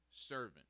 servant